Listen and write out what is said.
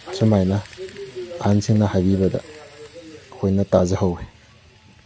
ꯑꯁꯨꯝ ꯍꯥꯏꯅ ꯑꯍꯟꯁꯤꯡꯅ ꯍꯥꯏꯕꯤꯕꯗ ꯑꯩꯈꯣꯏꯅ ꯇꯥꯖꯍꯧꯏ